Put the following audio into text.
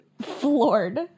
floored